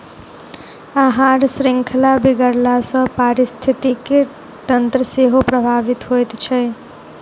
आहार शृंखला बिगड़ला सॅ पारिस्थितिकी तंत्र सेहो प्रभावित होइत छै